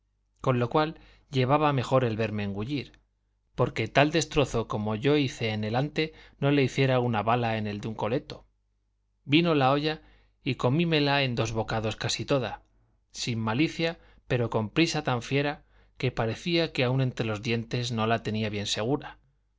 con lo cual llevaba mejor el verme engullir porque tal destrozo como yo hice en el ante no lo hiciera una bala en el de un coleto vino la olla y comímela en dos bocados casi toda sin malicia pero con prisa tan fiera que parecía que aun entre los dientes no la tenía bien segura